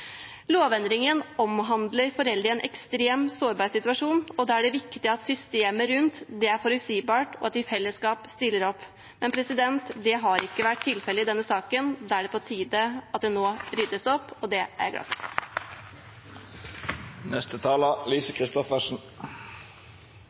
Lovendringen omhandler foreldre i en ekstremt sårbar situasjon, og da er det viktig at systemet rundt er forutsigbart, og at vi i fellesskap stiller opp. Det har ikke vært tilfellet i denne saken. Da er det på tide at det nå ryddes opp, og det er jeg glad for.